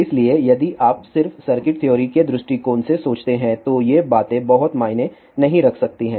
इसलिए यदि आप सिर्फ सर्किट थ्योरी के दृष्टिकोण से सोचते हैं तो ये बातें बहुत मायने नहीं रख सकती हैं